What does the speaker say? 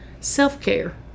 self-care